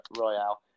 royale